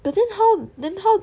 but then how then how